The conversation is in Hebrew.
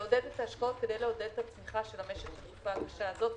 לעודד השקעות כדי לעודד את הצמיחה של המשק בתקופה הקשה הזאת,